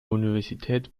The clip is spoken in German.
universität